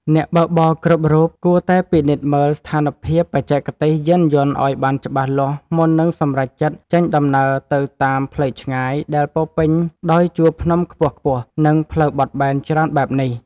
អ្នកបើកបរគ្រប់រូបគួរតែពិនិត្យមើលស្ថានភាពបច្ចេកទេសយានយន្តឱ្យបានច្បាស់លាស់មុននឹងសម្រេចចិត្តចេញដំណើរទៅតាមផ្លូវឆ្ងាយដែលពោរពេញដោយជួរភ្នំខ្ពស់ៗ និង ផ្លូវបត់បែនច្រើនបែបនេះ។